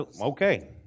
Okay